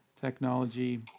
technology